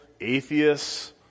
atheists